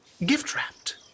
Gift-wrapped